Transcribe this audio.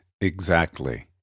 exactly